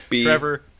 trevor